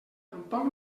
tampoc